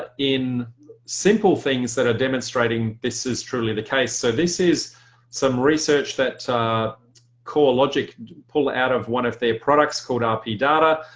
ah in simple things that are demonstrating this is truly the case. so this is some research that corelogic and pull out of one of their products called rp data.